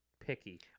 picky